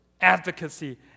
advocacy